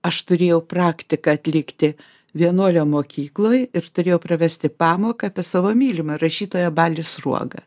aš turėjau praktiką atlikti vienuolio mokykloj ir turėjau pravesti pamoką apie savo mylimą rašytoją balį sruogą